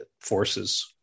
forces